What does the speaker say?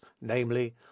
namely